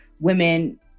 women